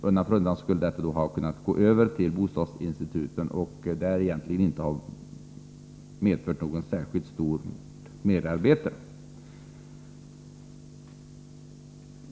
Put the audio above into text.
Undan för undan skulle detta ha kunnat gå över till bostadsinstituten och där egentligen inte ha medfört något särskilt stort merarbete.